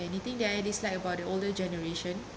anything that I dislike about the older generation